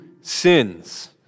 sins